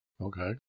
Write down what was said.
Okay